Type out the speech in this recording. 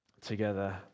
together